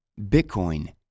Bitcoin